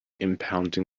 impounding